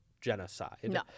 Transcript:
genocide